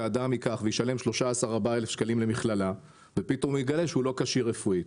שאדם ישלם 13,000 שקלים למכללה ופתאום יגלה שהוא לא כשיר רפואית.